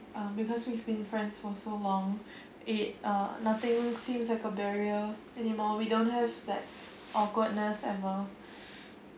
um because we've been friends for so long it uh nothing seems like a barrier anymore we don't have that awkwardness ever